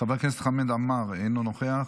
חבר הכנסת חמד עמאר, אינו נוכח,